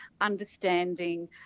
understanding